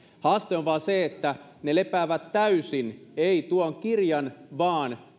haaste on vain se että ne lepäävät täysin ei tuon kirjan vaan